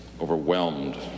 overwhelmed